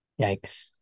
Yikes